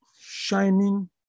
shining